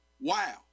Wow